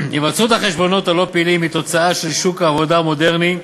הימצאות החשבונות הלא-פעילים היא תוצאה של שוק העבודה המודרני,